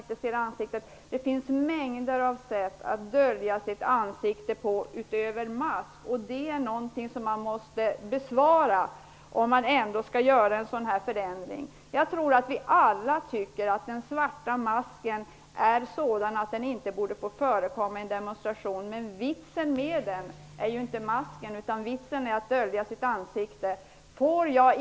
Så t.ex. klär sig muslimska kvinnor så att man inte ser deras ansikten. Det här är någonting som vi måste klara ut, om det skall göras en sådan förändring i lagen som motionärerna önskar. Jag tror att vi alla tycker att den svarta masken inte borde få förekomma i en demonstration, men vitsen med den är inte masken, utan vitsen är ju att dölja ansiktet.